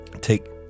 take